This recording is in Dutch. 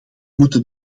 moeten